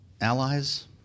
allies